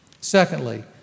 Secondly